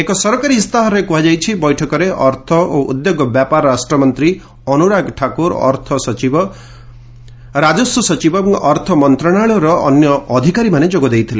ଏକ ସରକାରୀ ଇସ୍ତାହାରରେ କୁହାଯାଇଛି ବୈଠକରେ ଅର୍ଥ ଓ ଉଦ୍ୟୋଗ ବ୍ୟାପାର ରାଷ୍ଟ୍ର ମନ୍ତ୍ରୀ ଅନୁରାଗ ଠାକୁର ଅର୍ଥ ସଚିବ ଖର୍ଚ୍ଚ ସଚିବ ରାଜସ୍ୱ ସଚିବ ଓ ଅର୍ଥ ମନ୍ତ୍ରଣାଳୟର ଅନ୍ୟ ଅଫିସରମାନେ ଯୋଗ ଦେଇଥିଲେ